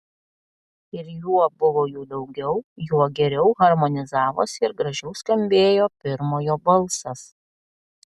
ir juo buvo jų daugiau juo geriau harmonizavosi ir gražiau skambėjo pirmojo balsas